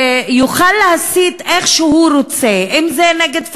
יוכל להסית איך שהוא רוצה, אם זה נגד פלסטינים,